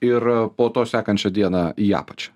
ir po to sekančią dieną į apačią